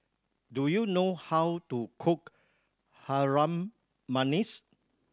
do you know how to cook Harum Manis